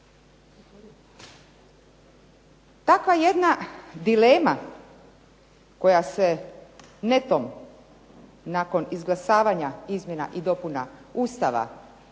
Takva jedna dilema koja se nakon izglasavanja izmjena i dopuna Ustava